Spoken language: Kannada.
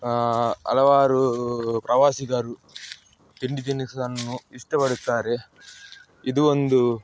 ಹಲವಾರೂ ಪ್ರವಾಸಿಗರು ತಿಂಡಿ ತಿನಿಸನ್ನು ಇಷ್ಟಪಡುತ್ತಾರೆ ಇದು ಒಂದು